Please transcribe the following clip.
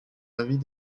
avis